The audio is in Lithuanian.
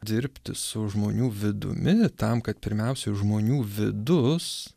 dirbti su žmonių vidumi tam kad pirmiausiai žmonių vidus